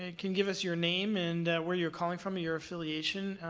ah can give us your name and where you're calling from, your affiliation.